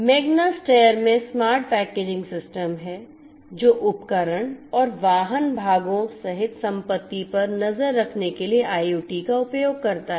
Magna Steyr में smart packaging system है जो उपकरण और वाहन भागों सहित संपत्ति पर नज़र रखने के लिए IoT का उपयोग करता है